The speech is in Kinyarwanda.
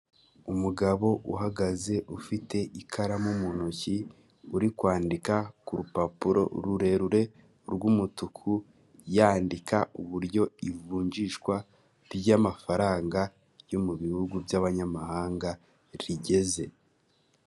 Umugabo uhagaze ufite ikaramu mu ntoki, uri kwandika ku rupapuro rurerure rw'umutuku; yandika uburyo ivunjishwa ry'amafaranga yo mu bihugu by'abanyamahanga rigeze.